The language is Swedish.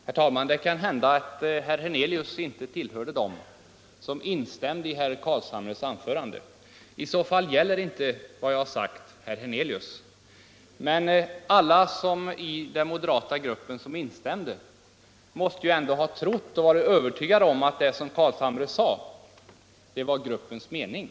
Herr talman! Det är sant att herr Hernelius inte tillhörde dem som instämde i herr Carlshamres anförande. Därför gäller inte vad jag har sagt herr Hernelius. Men alla i den moderata gruppen som instämde måste ju ha delat herr Carlshamres mening.